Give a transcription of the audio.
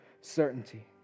certainty